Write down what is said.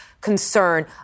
concern